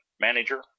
manager